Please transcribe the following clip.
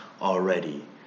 already